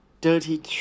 dirty